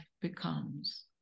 becomes